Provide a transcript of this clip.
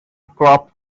crop